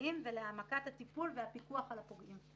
לנפגעים ולהעמקת הטיפול והפיקוח על הפוגעים.